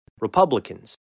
Republicans